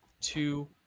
two